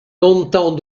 longtemps